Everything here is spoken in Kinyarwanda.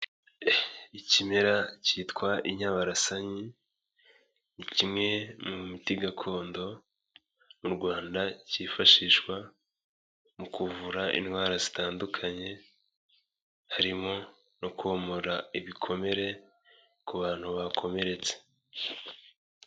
Ikimera kitwa inyabarasanyi ni kimwe mu miti gakondo mu Rwanda kifashishwa mu kuvura indwara zitandukanye harimo no komora ibikomere ku bantu bakomeretse.